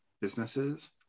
businesses